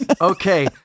Okay